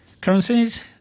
Currencies